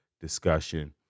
Discussion